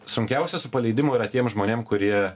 sunkiausia su paleidimu yra tiem žmonėm kurie